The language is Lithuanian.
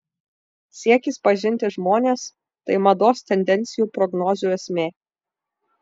siekis pažinti žmones tai mados tendencijų prognozių esmė